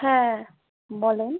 হ্যাঁ বলেন